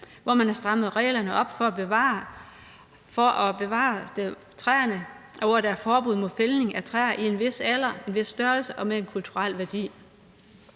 hvor man har strammet reglerne for at bevare træerne, og hvor der er forbud mod fældning af træer af en vis alder, af en vis størrelse og med en vis kulturel værdi.